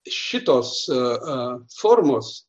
šitos formos